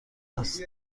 است